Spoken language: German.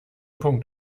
punkt